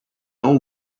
old